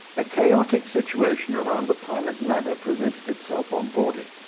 a chaotic situation around the pilot ladder presented itself on boarding,